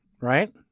Right